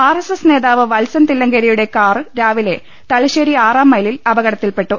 R S S ്നേതാവ് വത്സൻ തില്ലങ്കേരിയുടെ car രാവിലെ തലശ്ശേരി ആറാം മൈലിൽ അപകടത്തിൽപ്പെട്ടു